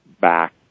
back